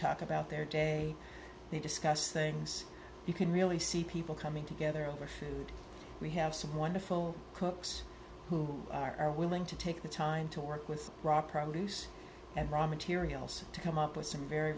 talk about their day they discuss things you can really see people coming together over food we have some wonderful cooks who are willing to take the time to work with raw produce and raw materials to come up with some very